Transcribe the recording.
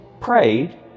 prayed